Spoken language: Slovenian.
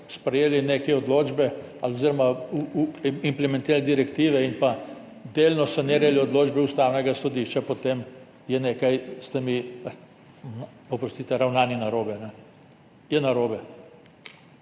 sprejeli neke odločbe oziroma implementirali direktive in delno sanirali odločbe Ustavnega sodišča, potem je nekaj s temi ravnanji narobe.